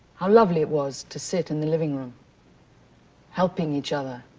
how lovely it was to sit in the living room helping each other,